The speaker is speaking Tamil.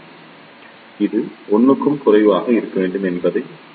எனவே இது 1 க்கும் குறைவாக இருக்கும் என்பதை நாங்கள் அறிவோம்